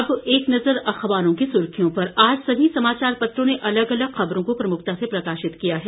अब एक नजर अखबारों की सुर्खियों पर आज सभी समाचार पत्रों ने अलग अलग खबरों को प्रमुखता से प्रकाशित किया है